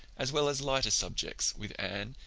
as well as lighter subjects, with anne,